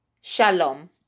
shalom